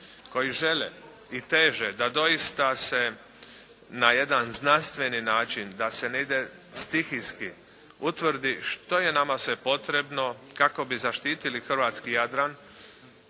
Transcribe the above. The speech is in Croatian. koji žele i teže da doista se na jedan znanstveni način, da se ne ide stihijski, utvrdi što je nama sve potrebno kako bi zaštitili hrvatski Jadran